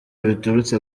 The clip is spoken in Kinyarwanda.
biturutse